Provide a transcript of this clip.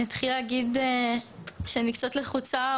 אני אתחיל להגיד שאני קצת לחוצה,